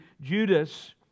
Judas